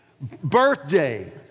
birthday